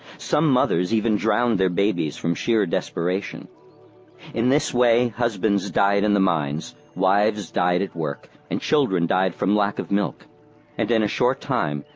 some mothers even drowned their babies from sheer desperation in this way, husbands died in the mines, wives died at work, and children died from lack of milk and in a short time,